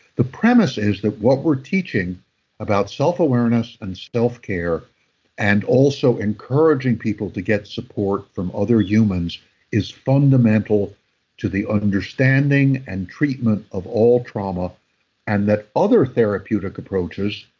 the premise is that what we're teaching about self-awareness and self-care and also encouraging people to get support from other humans is fundamental to the understanding and treatment of all trauma and that other therapeutic approaches,